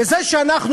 וזה שאנחנו,